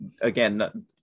again